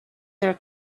their